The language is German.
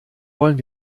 wollen